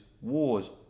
wars